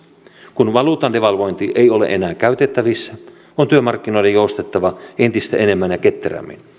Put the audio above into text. kun valuutan devalvointi ei ole enää käytettävissä on työmarkkinoiden joustettava entistä enemmän ja ketterämmin